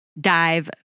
Dive